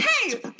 Hey